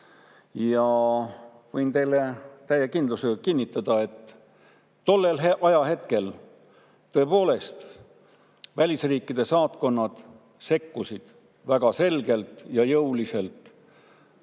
Ja võin teile täie kindlusega kinnitada, et tollel ajahetkel tõepoolest välisriikide saatkonnad sekkusid väga selgelt ja jõuliselt.